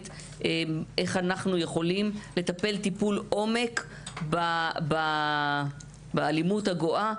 איך אנחנו יכולים לטפל טיפול עומק באלימות הגואה,